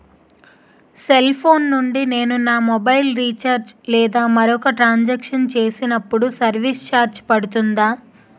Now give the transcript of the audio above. Cell phone నుండి నేను నా మొబైల్ రీఛార్జ్ లేదా మరొక ట్రాన్ సాంక్షన్ చేసినప్పుడు సర్విస్ ఛార్జ్ పడుతుందా?